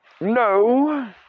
No